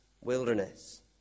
wilderness